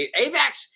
Avax